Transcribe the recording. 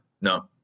no